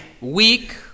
week